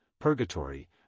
purgatory